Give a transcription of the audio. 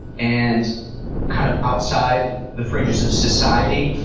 and kind of outside the fringes of society.